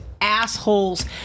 assholes